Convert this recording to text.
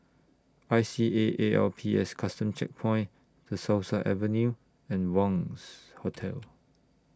I C A A L P S Custom Checkpoint De Souza Avenue and Wangz Hotel